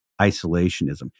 isolationism